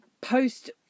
post